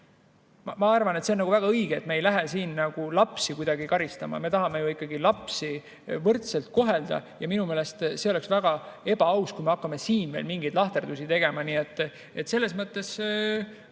Ma arvan, et see on väga õige, et me ei lähe siin lapsi kuidagi karistama. Me tahame ikkagi lapsi võrdselt kohelda ja minu meelest see oleks väga ebaaus, kui me hakkaksime siin veel mingeid lahterdusi tegema. Nii et mina saan